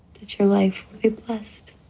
get your life. blessed.